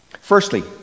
Firstly